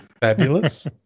fabulous